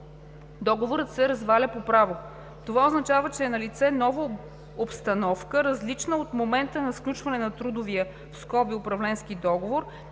договорът се разваля по право. Това означава, че е налице нова обстановка, различна от момента на сключване на трудовия (управленския) договор